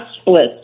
splits